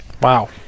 Wow